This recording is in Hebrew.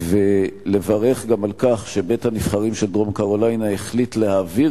ולברך גם על כך שבית-הנבחרים של דרום-קרוליינה החליט להעביר